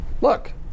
look